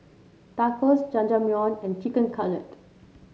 Tacos Jajangmyeon and Chicken Cutlet